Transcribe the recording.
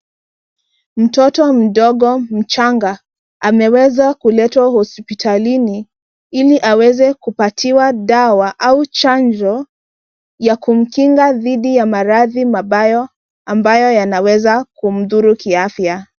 Mtoto mdogo mchanga ameweza kuletwa hospitalini ili aweze kupatiwa dawa au chanjo ya kumkinga dhidi ya maradhi mabaya ambayo yanaweza kumdhuru ki afya.